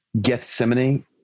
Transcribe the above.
Gethsemane